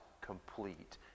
complete